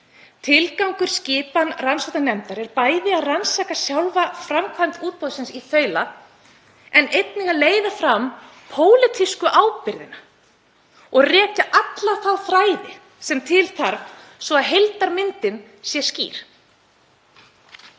Tilgangur skipan rannsóknarnefndar er bæði að rannsaka sjálfa framkvæmd útboðsins í þaula en einnig að leiða fram pólitísku ábyrgðina og rekja alla þá þræði sem til þarf svo að heildarmyndin sé skýr.